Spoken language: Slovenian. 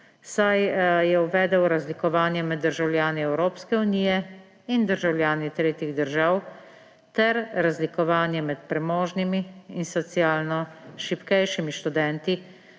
saj je uvedel razlikovanje med državljani Evropske unije in državljani tretjih držav ter razlikovanje med premožnimi in socialno šibkejšimi študenti,